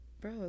bro